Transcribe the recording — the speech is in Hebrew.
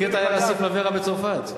מכיר את העיירה Cif-Lavera בצרפת?